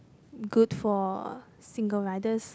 good for single riders